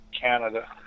Canada